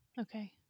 Okay